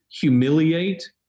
humiliate